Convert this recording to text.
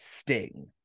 Sting